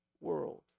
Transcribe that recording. world